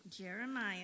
Jeremiah